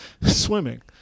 swimming